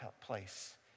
place